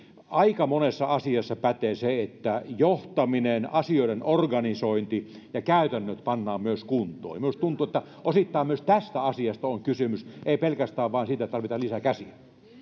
aika monessa asiassa pätee se että johtaminen asioiden organisointi ja käytännöt pannaan myös kuntoon minusta tuntuu että osittain myös tästä asiasta on kysymys ei pelkästään siitä että tarvitaan lisää käsiä